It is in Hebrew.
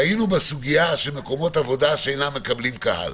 שהיינו בסוגיה של מקומות עבודה שאינם מקבלים קהל.